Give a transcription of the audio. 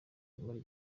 muri